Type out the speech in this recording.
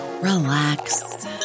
relax